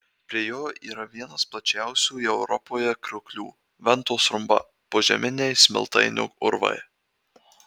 prie jo yra vienas plačiausių europoje krioklių ventos rumba požeminiai smiltainio urvai